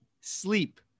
Sleep